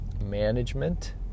Management